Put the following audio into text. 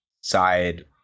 side